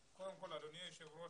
אדוני היושב ראש,